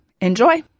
Enjoy